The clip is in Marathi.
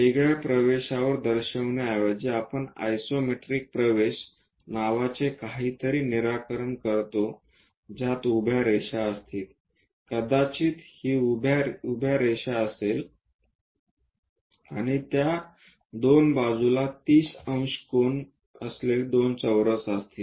वेगळ्या प्रवेशावर दर्शविण्याऐवजी आपण आयसोमेट्रिक प्रवेश नावाचे काहीतरी निराकरण करतो ज्यात उभ्या रेषा असतात कदाचित ही उभ्या रेषा असेल आणि त्या दोन बाजूला 30 अंश कोन असलेले दोन चौरस असतील